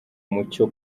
muco